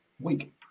week